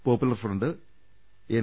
Popular Front N